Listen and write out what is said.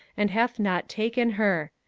and hath not taken her?